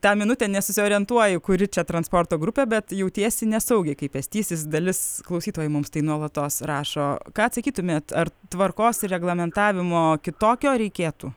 tą minutę nesusiorientuoji kuri čia transporto grupė bet jautiesi nesaugiai kai pėstysis dalis klausytojų mums tai nuolatos rašo ką atsakytumėt ar tvarkos reglamentavimo kitokio reikėtų